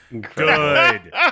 Good